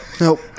Nope